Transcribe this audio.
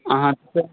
आं हां तर